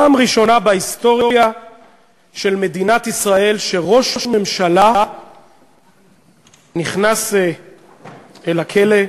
בפעם הראשונה בהיסטוריה של מדינת ישראל ראש ממשלה נכנס אל הכלא.